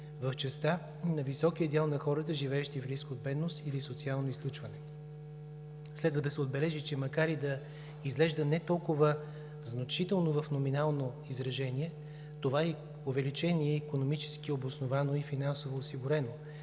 в частта на високия дял на хората, живеещи в риск от бедност или социално изключване. Следва да се отбележи, че макар и да изглежда не толкова значително в номинално изражение, това увеличение е икономически обосновано и финансово осигурено.